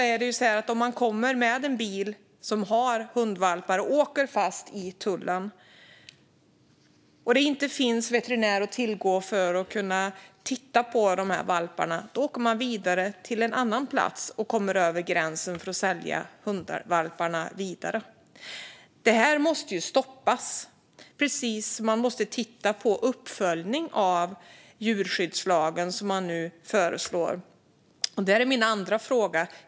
Om man i dag kommer med hundvalpar i bilen och åker fast i tullen och det inte finns någon veterinär att tillgå som kan titta på valparna åker man vidare till en annan plats och kommer över gränsen för att sälja hundvalparna vidare. Detta måste stoppas, precis som man måste titta på uppföljning av den djurskyddslag som man nu föreslår.